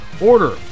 order